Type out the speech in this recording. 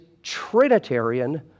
Trinitarian